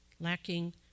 lacking